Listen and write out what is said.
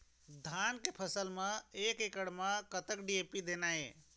धान के फसल म एक एकड़ म कतक डी.ए.पी देना ये?